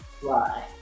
fly